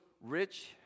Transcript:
rich